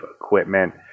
equipment